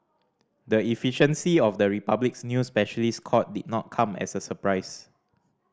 the efficiency of the Republic's new specialist court did not come as a surprise